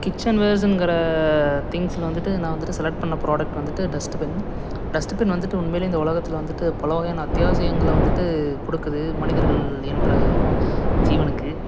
kitchen வேவ்ஸுங்கிற திங்ஸில் வந்துட்டு நன் வந்துட்டு செலக்ட் பண்ண ப்ராடெக்ட் வந்துட்டு டஸ்ட்டுபின் டஸ்ட்டுபின் வந்துட்டு உண்மையிலேயே இந்த உலகத்தில் வந்துட்டு பலவகையான அத்தியாவசியங்களை வந்துட்டு கொடுக்குது மனிதர்கள் என்ற ஜீவனுக்கு